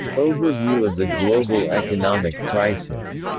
overview of the global economic crisis